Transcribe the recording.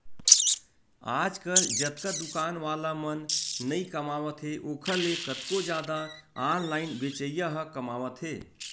आजकल जतका दुकान वाला मन नइ कमावत हे ओखर ले कतको जादा ऑनलाइन बेचइया ह कमावत हें